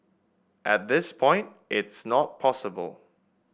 at this point it's not possible